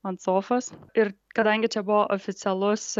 ant sofos ir kadangi čia buvo oficialus